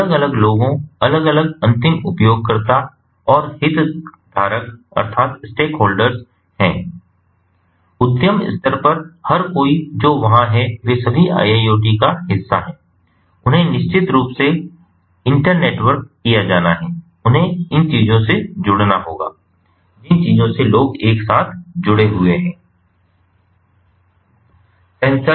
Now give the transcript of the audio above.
तो अलग अलग लोगों अलग अलग अंतिम उपयोगकर्ता और हितधारक हैं उद्यम स्तर पर हर कोई जो वहां है वे सभी IIoT का हिस्सा हैं उन्हें निश्चित रूप से इंटरनेटवर्क किया जाना है उन्हें इन चीजों से जुड़ना होगा जिन चीजों से लोग एक साथ जुड़े हुए हैं